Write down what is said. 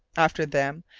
after them,